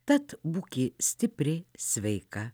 tad būki stipri sveika